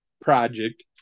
project